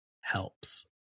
helps